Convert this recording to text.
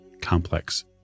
complex